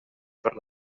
per